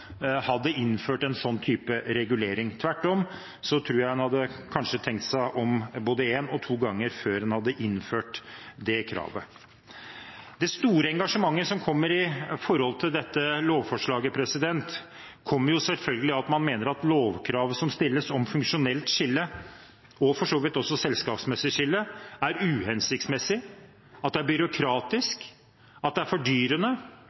hadde innført en slik type regulering. Tvert om tror jeg en kanskje hadde tenkt seg om både en og to ganger før en hadde innført et slikt krav. Det store engasjementet når det gjelder dette lovforslaget, kommer selvfølgelig av at man mener at lovkravet som stilles om funksjonelt skille – og for så vidt også om selskapsmessig skille – er uhensiktsmessig, byråkratisk, fordyrende